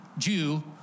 Jew